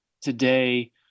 today